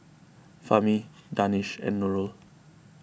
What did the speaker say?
Fahmi Danish and Nurul